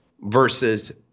versus